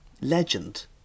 legend